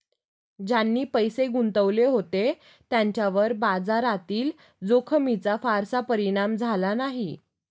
ज्यांनी पैसे गुंतवले होते त्यांच्यावर बाजारातील जोखमीचा फारसा परिणाम झाला नाही